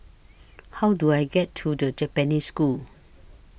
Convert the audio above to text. How Do I get to The Japanese School